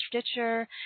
Stitcher